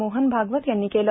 मोहन भागवत यांनी केलं